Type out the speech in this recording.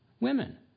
women